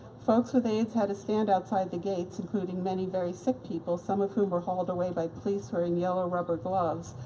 folks with aids had to stand outside the gates, including many very sick people, some of whom were hauled away by police wearing yellow rubber gloves,